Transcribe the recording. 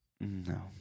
No